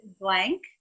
blank